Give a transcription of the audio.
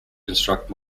construct